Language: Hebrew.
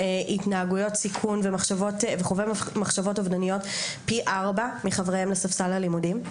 התנהגויות סיכון וחווה מחשבות אובדניות פי ארבע מחבריהם לספסל הלימודים.